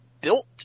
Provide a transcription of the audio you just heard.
built